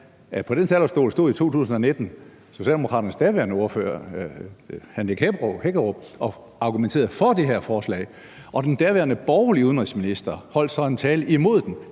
at på den talerstol stod i 2019 Socialdemokraternes daværende ordfører, hr. Nick Hækkerup, og argumenterede for det her forslag, og den daværende borgerlige udenrigsminister holdt så en tale imod det.